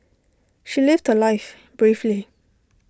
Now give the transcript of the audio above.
she lived her life bravely